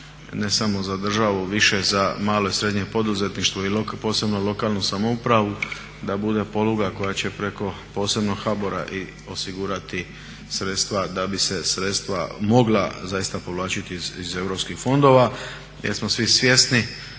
ne samo za državu, više za malo i srednje poduzetništvo, posebno lokalnu samoupravu da bude poluga koja će preko posebnog HBOR-a i osigurati, da bi se sredstva mogla zaista povlačiti iz europskih fondova. Jer smo svi svjesni